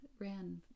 ran